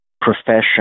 profession